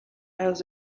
has